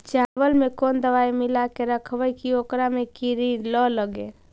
चावल में कोन दबाइ मिला के रखबै कि ओकरा में किड़ी ल लगे?